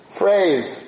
phrase